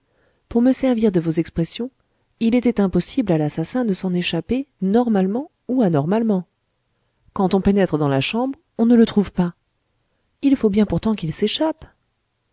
pour me servir de vos expressions il était impossible à l'assassin de s'en échapper normalement ou anormalement quand on pénètre dans la chambre on ne le trouve pas il faut bien pourtant qu'il s'échappe